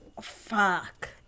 Fuck